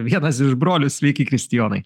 vienas iš brolių sveiki kristijonai